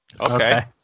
Okay